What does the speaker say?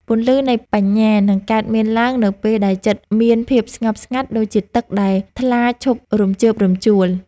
ពន្លឺនៃបញ្ញានឹងកើតមានឡើងនៅពេលដែលចិត្តមានភាពស្ងប់ស្ងាត់ដូចជាទឹកដែលថ្លាឈប់រំជើបរំជួល។